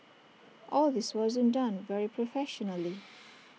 all this wasn't done very professionally